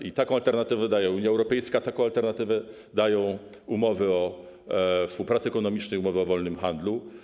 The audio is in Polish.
I taką alternatywę daje Unia Europejska, taką alternatywę dają umowy o współpracy ekonomicznej, umowy o wolnym handlu.